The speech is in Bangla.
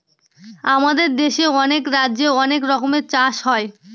আমাদের দেশে অনেক রাজ্যে অনেক রকমের চাষ হয়